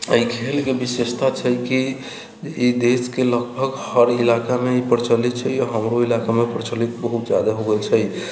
एहि खेलके विशेषता छै कि ई देशके लगभग हर इलाकामे ई प्रचलित छै हमरो इलाकामे प्रचलित बहुत जादा हो गेल छै